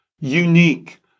unique